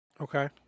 Okay